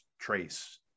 Trace